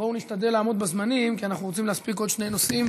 בואו נשתדל לעמוד בזמנים כי אנחנו רוצים להספיק עוד שני נושאים